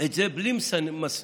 את זה בלי מסננים,